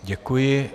Děkuji.